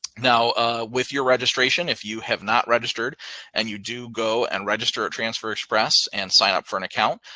now with your registration, if you have not registered and you do go and register a transfer express and sign up for an account,